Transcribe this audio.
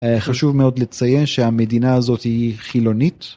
חשוב מאוד לציין שהמדינה הזאת היא חילונית.